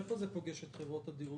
איפה זה פוגש את חברות הדירוג?